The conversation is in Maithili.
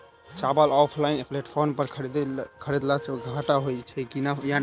चावल ऑनलाइन प्लेटफार्म पर खरीदलासे घाटा होइ छै या नफा?